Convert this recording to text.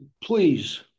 Please